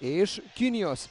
iš kinijos